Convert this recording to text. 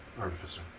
Artificer